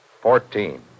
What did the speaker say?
Fourteen